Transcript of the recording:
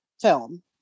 film